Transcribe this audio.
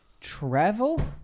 travel